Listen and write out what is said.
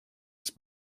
its